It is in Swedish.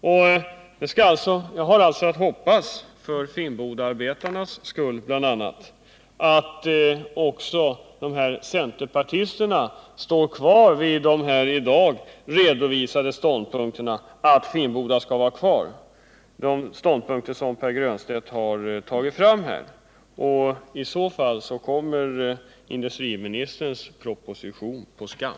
Jag har alltså att hoppas — bl.a. för Finnbodaarbetarnas skull — att centerpartisterna står kvar vid de här i dag redovisade ståndpunkterna om att Finnboda skall vara kvar, ståndpunkter som Pär Granstedt redovisat. I så fall kommer förslaget i industriministerns proposition på skam.